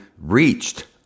reached